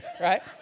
right